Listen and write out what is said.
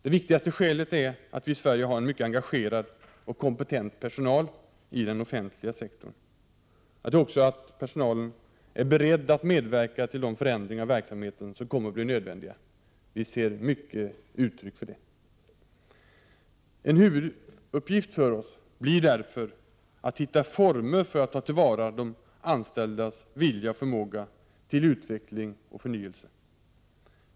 Det viktigaste skälet är att vi i Sverige har en mycket engagerad och kompetent personal i den offentliga sektorn. Jag tror också att personalen är beredd att medverka till de förändringar av verksamheten som kommer att bli nödvändiga. Vi ser många uttryck för det. En huvuduppgift blir därför att hitta former för att ta till vara de anställdas vilja och förmåga till utveckling och förnyelse.